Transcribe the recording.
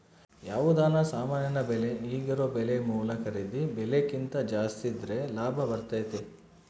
ಯಾವುದನ ಸಾಮಾನಿನ ಬೆಲೆ ಈಗಿರೊ ಬೆಲೆ ಮೂಲ ಖರೀದಿ ಬೆಲೆಕಿಂತ ಜಾಸ್ತಿದ್ರೆ ಲಾಭ ಬರ್ತತತೆ